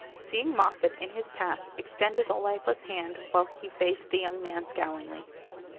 seeing moffatt in his path, extended a lifeless hand while he faced the young man scowlingly.